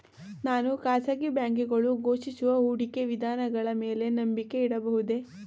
ನಾನು ಖಾಸಗಿ ಬ್ಯಾಂಕುಗಳು ಘೋಷಿಸುವ ಹೂಡಿಕೆ ವಿಧಾನಗಳ ಮೇಲೆ ನಂಬಿಕೆ ಇಡಬಹುದೇ?